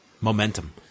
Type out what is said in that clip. momentum